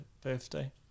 birthday